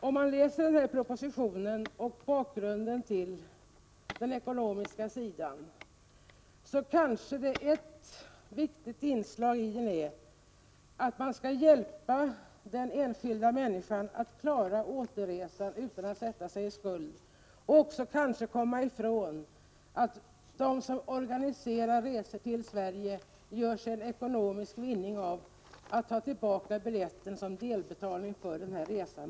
Om man läser propositionen och studerar bakgrunden till förslaget ur ekonomisk synpunkt, kanske man kan finna att ett viktigt inslag är att vi vill hjälpa den enskilda människan att klara återresan utan att sätta sig i skuld och också komma ifrån att de som organiserar resor till Sverige gör sig ekonomisk vinning på att ta tillbaka biljetten som delbetalning för den gjorda resan.